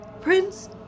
Prince